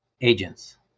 agents